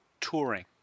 touring